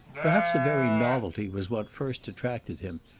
perhaps the very novelty was what first attracted him,